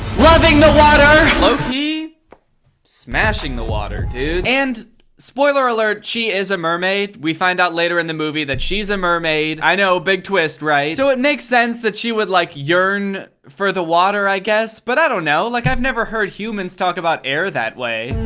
loving the water! low-key smashing the water, dude. and spoiler alert, she is a mermaid. we find out later in the movie that she's a mermaid. i know big twist, right. so it makes sense that she would like yearn for the water, i guess. but i don't know. like i've never heard humans talk about air that way.